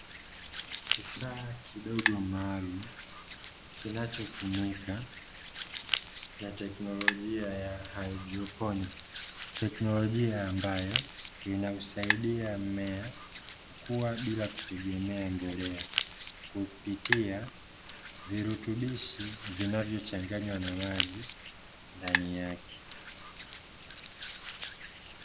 Kifaa kidogo maalumu kinacho tumika na tekinolojia ya haidroponi, teknolojia ambayo inausaidia mmea kukua bila kutegemea mbolea, kupitia virutubishi vinavyochanganywa na maji ndani yake.